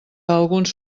alguns